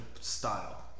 style